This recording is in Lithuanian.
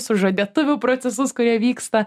sužadėtuvių procesus kurie vyksta